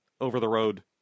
over-the-road